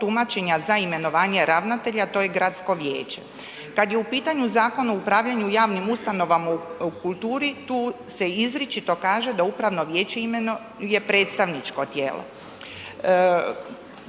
tumačenja za imenovanje ravnatelja, to je gradsko vijeće. Kad je u pitanju zakon o upravljanju javnim ustanovama u kulturi, tu se izričito kaže da upravno vijeće imenuje predstavničko tijelo.